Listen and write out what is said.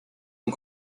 und